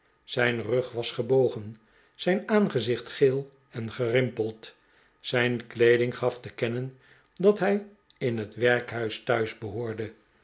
zijn rug was gebogen zijn aangezicht geel en gerimpeld zijn kleeding gaf te kennen dat hij in het werkhuis thuis behoorde